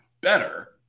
better